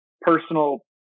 personal